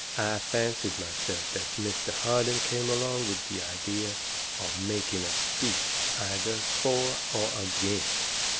fancied myself that mr. harden came along with the idea of making a speech either for or against.